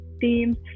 themes